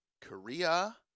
Korea